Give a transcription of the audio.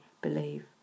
believe